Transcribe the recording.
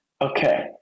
okay